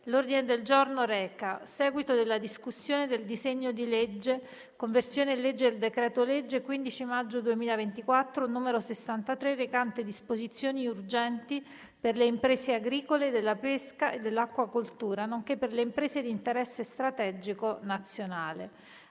proposti dalla Commissione stessa, per il disegno di legge:"Conversione in legge del decreto-legge 15 maggio 2024, n. 63, recante disposizioni urgenti per le imprese agricole, della pesca e dell'acquacoltura, nonché per le imprese di interesse strategico nazionale"